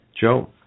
Joe